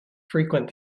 frequent